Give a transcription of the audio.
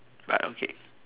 but okay